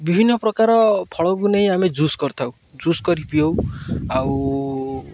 ବିଭିନ୍ନ ପ୍ରକାର ଫଳକୁ ନେଇ ଆମେ ଜୁସ୍ କରିଥାଉ ଜୁସ୍ କରି ପିଉ ଆଉ